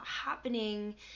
happening